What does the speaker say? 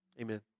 amen